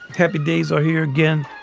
happy days are here again